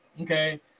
okay